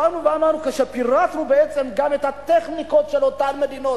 באנו ואמרנו ופירטנו גם את הטכניקות של אותן מדינות.